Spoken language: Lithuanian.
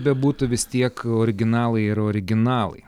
bebūtų vis tiek originalai yra originalai